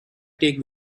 take